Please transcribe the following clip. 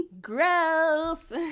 Gross